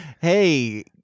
Hey